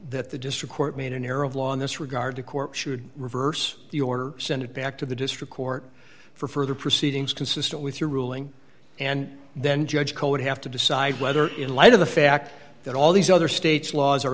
that the district court made an error of law in this regard to court should reverse the order send it back to the district court for further proceedings consistent with your ruling and then judge code have to decide whether in light of the fact that all these other states laws are